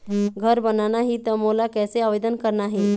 घर बनाना ही त मोला कैसे आवेदन करना हे?